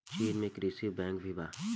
चीन में कृषि बैंक भी बा